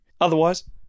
Otherwise